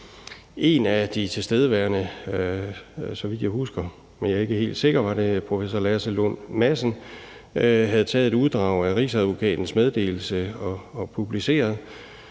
En af de tilstedeværende – jeg er ikke helt sikker, men så vidt jeg husker, var det professor Lasse Lund Madsen – havde taget et uddrag af Rigsadvokatens meddelelse og publiceret